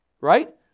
Right